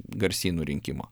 garsynų rinkimo